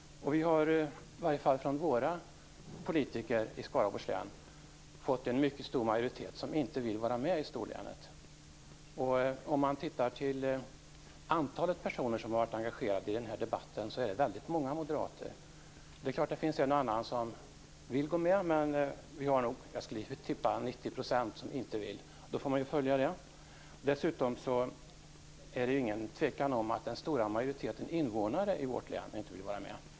I varje fall har vi bland våra politiker i Skaraborgs län en mycket stor majoritet som inte vill vara med i storlänet. Om man studerar antalet personer som varit engagerade i den här debatten, finner man att det rör sig om väldigt många moderater. Det är klart att det finns en och annan som vill ingå i storlänet, men jag skulle tippa att 90 % inte vill det. Då får man följa det. Dessutom råder det inget tvivel om att en stor majoritet av invånarna i vårt län inte vill vara med.